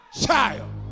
child